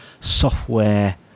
software